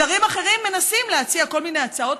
שרים אחרים מנסים להציע כל מיני הצעות